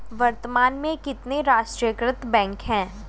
वर्तमान में कितने राष्ट्रीयकृत बैंक है?